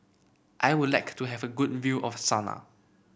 I would like to have a good view of Sanaa